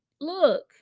look